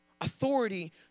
authority